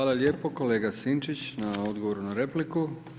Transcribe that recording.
Hvala lijepo kolega Sinčić na odgovoru na repliku.